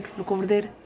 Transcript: look over there.